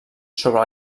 sobre